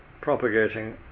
propagating